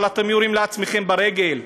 אבל אתם יורים לעצמכם ברגל.